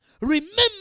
Remember